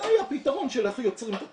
זה היה הפתרון של איך יוצרים את התקציב.